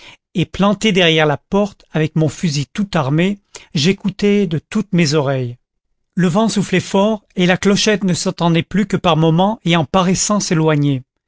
et planté derrière la porte avec mon fusil tout armé j'écoutai de toutes mes oreilles le vent soufflait fort et la clochette ne s'entendait plus que par moments et en paraissant s'éloigner